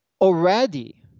already